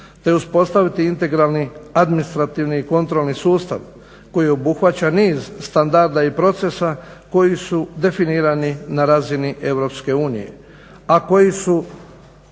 te uspostaviti integralni, administrativni i kontrolni sustava koji obuhvaća niz standarda i procesa koji su definirani na razini EU, a koji su